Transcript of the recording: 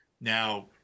now